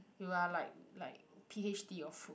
you are like like p_h_d of food